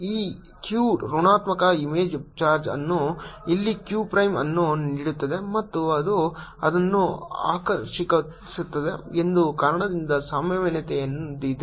ಈ q ಋಣಾತ್ಮಕ image charge ಅನ್ನು ಇಲ್ಲಿ q ಪ್ರೈಮ್ ಅನ್ನು ನೀಡುತ್ತದೆ ಮತ್ತು ಅದು ಅದನ್ನು ಆಕರ್ಷಿಸುತ್ತದೆ ಎಂಬ ಕಾರಣದಿಂದ ಸಂಭಾವ್ಯತೆ ಇದೆ